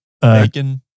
bacon